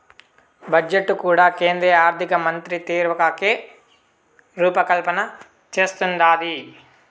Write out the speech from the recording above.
budget కూడా కేంద్ర ఆర్థికమంత్రిత్వకాకే రూపకల్పన చేస్తందాది